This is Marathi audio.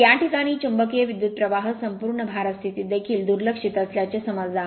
तर या प्रकरणात चुंबकीय विद्युत प्रवाह संपूर्ण भार स्थितीत देखील दुर्लक्षित असल्याचे समजा